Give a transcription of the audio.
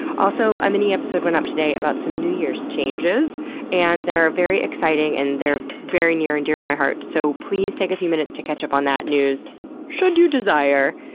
also a mini episode went up today about some new year's changes and they're very exciting, and they're very near and dear to my heart, so please take a few minutes to catch up on that news should you desire.